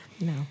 No